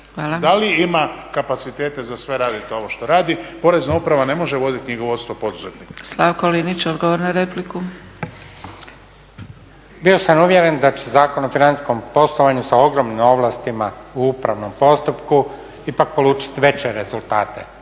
Da li ima kapacitete za sve raditi ovo što radi? Porezna uprava ne može voditi knjigovodstvo poduzetnika. **Zgrebec, Dragica (SDP)** Hvala. Slavko Linić, odgovor na repliku. **Linić, Slavko (Nezavisni)** Bio sam uvjeren da će Zakon o financijskom poslovanju sa ogromnim ovlastima u upravnom postupku ipak polučiti veće rezultate.